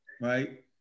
right